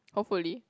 hopefully